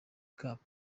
cap